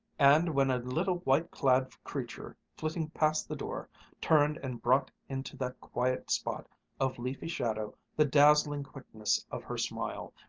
and when a little white-clad creature flitting past the door turned and brought into that quiet spot of leafy shadow the dazzling quickness of her smile,